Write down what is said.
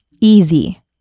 easy